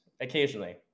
occasionally